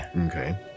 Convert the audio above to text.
okay